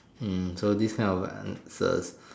hmm so this kind of answers